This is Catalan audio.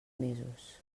mesos